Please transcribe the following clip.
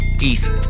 East